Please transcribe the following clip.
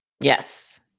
Yes